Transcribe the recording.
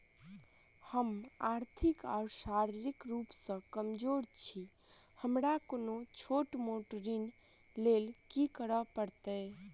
हम आर्थिक व शारीरिक रूप सँ कमजोर छी हमरा कोनों छोट मोट ऋण लैल की करै पड़तै?